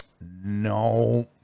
No